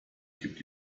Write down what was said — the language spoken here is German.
gibt